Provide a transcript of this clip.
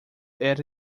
era